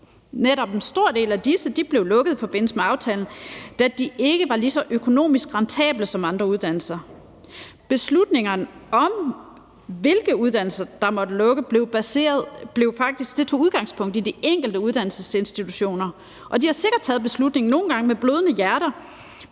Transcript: Netop en stor del af disse blev lukket i forbindelse med aftalen, da de ikke var lige så økonomisk rentable som andre uddannelser. Beslutningerne om, hvilke uddannelser der måtte lukke, tog udgangspunkt i de enkelte uddannelsesinstitutioner, og de har sikkert taget beslutningen nogle gange med blødende hjerter,